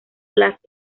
las